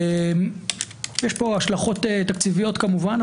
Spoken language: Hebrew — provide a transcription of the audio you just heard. יש פה השלכות תקציביות כמובן,